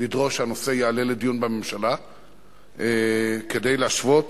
לדרוש שהנושא יעלה לדיון בממשלה כדי להשוות,